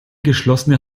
geschlossene